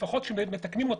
לפחות כשמתקנים אותה.